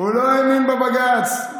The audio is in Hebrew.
הוא לא האמין בבג"ץ.